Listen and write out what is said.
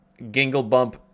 Ginglebump